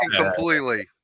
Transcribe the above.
completely